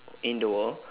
indoor